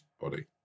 body